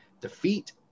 defeat